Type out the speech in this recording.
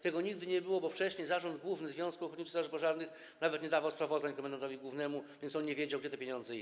Tego nigdy nie było, bo wcześniej Zarząd Główny Związku Ochotniczych Straży Pożarnych nawet nie dawał sprawozdań komendantowi głównemu, więc on nie wiedział, gdzie te pieniądze idą.